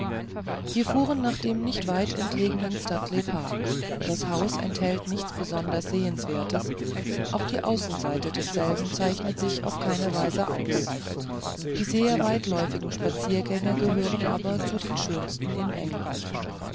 wir fuhren nach dem nicht weit entlegenen studley park das haus enthält nichts besonders sehenswertes auch die außenseite desselben zeichnet sich auf keine weise aus die sehr weitläufigen spaziergänge gehören aber zu den schönsten in england